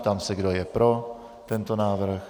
Ptám se, kdo je pro tento návrh.